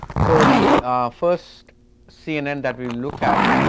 so the first cnn that will look at